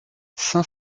cinq